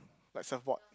like support